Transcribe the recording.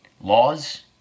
laws